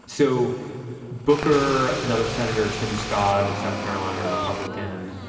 so booker, another senator, tim scott of south carolina republican.